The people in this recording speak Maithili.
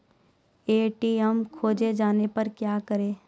ए.टी.एम खोजे जाने पर क्या करें?